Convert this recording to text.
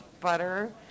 butter